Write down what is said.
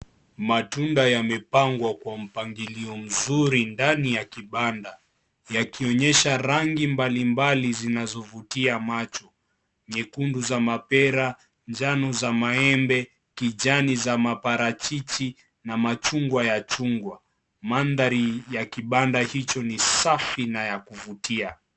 Matunda yamepangwa kwa mpangilio mzuri ndani ya kibanda yakionyesha rangi mbalimbali zinazovutia macho. Nyekundu za mapera, njano za maembe, kijani za parachici, na machungwa ya chungwa. Mandhari ya kibanda hicho ni safi na ya kuvutia.